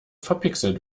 verpixelt